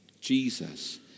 Jesus